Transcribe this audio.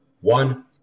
one